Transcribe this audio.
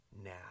now